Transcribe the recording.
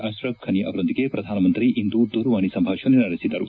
ಅಶ್ರಫ್ ಫನಿ ಅವರೊಂದಿಗೆ ಪ್ರಧಾನಮಂತ್ರಿ ಇಂದು ದೂರವಾಣಿ ಸಂಭಾಷಣೆ ನಡೆಸಿದರು